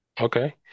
Okay